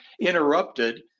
interrupted